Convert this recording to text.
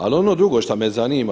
Ali ono drugo što me zanima.